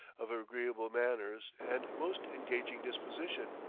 of agreeable manners and most engaging disposition,